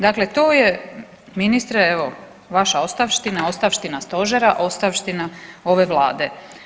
Dakle, to je ministre evo vaša ostavština, ostavština stožera, ostavština ove vlade.